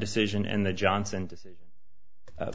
decision and the johnson to